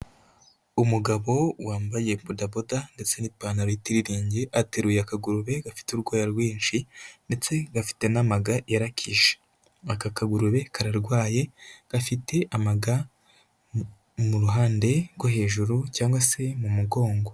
Umugabo wambaye podaboda ndetse n'ipantaro y'itiriningi, ateruye akagurube gafite urwoya rwinshi ndetse gafite n'amaga yarakishe, aka kagurube kararwaye gafite amaga mu ruhande rwo hejuru cyangwa se mu mugongo.